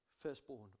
firstborn